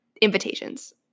invitations